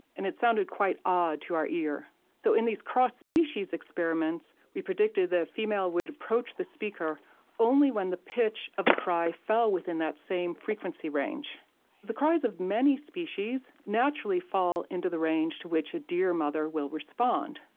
and it sounded quite odd to our ear so in these cross-species experiments, we predicted that the female would approach the speaker only when the pitch of the cry fell within that same frequency range the cries of many species, naturally fall into the range in which a deer mother will respond.